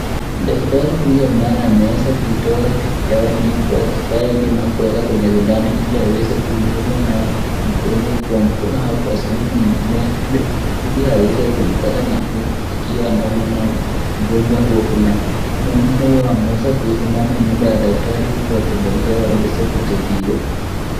Dakitari huyu ambaye ameweza kuitowa dawa hii kwa kifaa na kuweka kwenye shindano ili aweze kumdunga nao mgonjwa kwa mkono au kwa sehemu nyingine kule ile aweze kuipata nafuu akiwa anaumwa na ujonjwa ho fulani. Mwingine huwa wameweza kusimama nyuma ya dakitari wakingojea waweze kutibiwa.